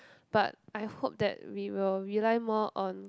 but I hope that we will rely more on